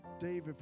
Dave